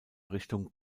richtung